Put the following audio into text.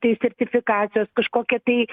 tai sertifikatas kažkokia tai